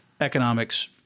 economics